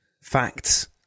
facts